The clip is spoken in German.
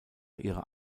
ihrer